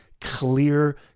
clear